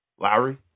Lowry